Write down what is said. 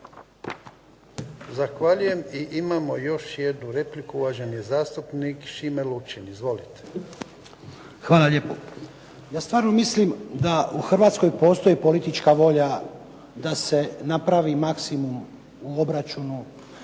Zahvaljujem. I imamo još jednu repliku, uvaženi zastupnik Šime Lučin. Izvolite. **Lučin, Šime (SDP)** Hvala lijepo. Ja stvarno mislim da u Hrvatskoj postoji politička volja da se napravi maksimum u obračunu